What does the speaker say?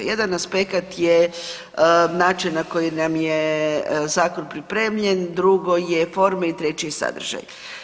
Jedan aspekt je način na koji nam je zakon pripremljen, drugo je forma i treći je sadržaj.